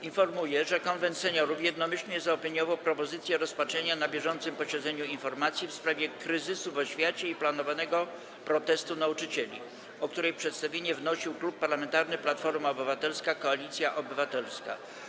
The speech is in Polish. Informuję, że Konwent Seniorów jednomyślnie zaopiniował propozycję rozpatrzenia na bieżącym posiedzeniu informacji w sprawie kryzysu w oświacie i planowanego protestu nauczycieli, o której przedstawienie wnosił Klub Parlamentarny Platforma Obywatelska - Koalicja Obywatelska.